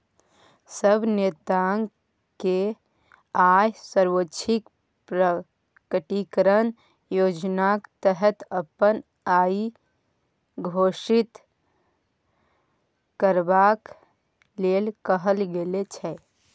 सब नेताकेँ आय स्वैच्छिक प्रकटीकरण योजनाक तहत अपन आइ घोषित करबाक लेल कहल गेल छै